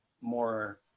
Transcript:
more